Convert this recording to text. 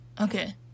okay